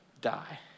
die